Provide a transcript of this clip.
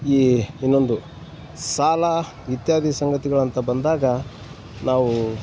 ಈ ಇನ್ನೊಂದು ಸಾಲ ಇತ್ಯಾದಿ ಸಂಗತಿಗಳಂತ ಬಂದಾಗ ನಾವು